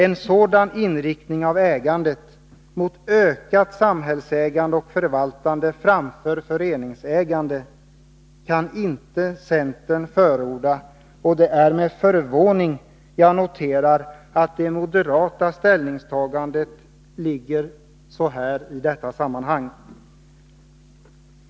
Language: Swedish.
En sådan inriktning av ägandet — mot ökat samhällsägande och förvaltande framför föreningsägande — kan inte centern förorda, och det är med förvåning jag noterar det moderata ställningstagandet i detta sammanhang.